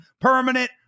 permanent